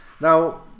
now